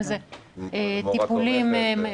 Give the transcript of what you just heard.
אם זה טיפולים משלימים.